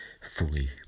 fully